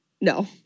no